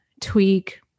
tweak